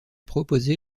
proposée